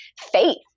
faith